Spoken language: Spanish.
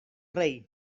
rey